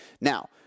Now